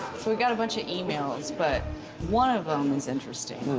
we got a bunch of emails. but one of them was interesting.